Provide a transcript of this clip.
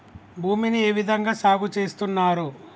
భూమిని ఏ విధంగా సాగు చేస్తున్నారు?